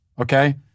okay